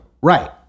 Right